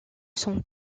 son